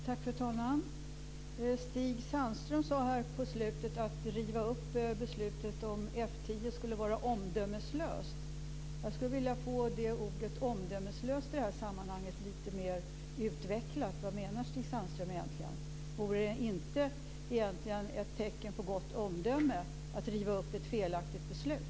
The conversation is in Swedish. Fru talman! Stig Sandström sade på slutet att det skulle vara omdömeslöst att riva upp beslutet om F 10. Jag skulle vilja få ordet "omdömeslöst" i det här sammanhanget lite mer utvecklat. Vad menar Stig Sandström egentligen? Vore det egentligen inte ett tecken på gott omdöme att riva upp ett felaktigt beslut?